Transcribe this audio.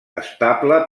estable